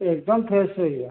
ଏକଦମ୍ ଫ୍ରେସ୍ ପରିବା